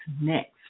next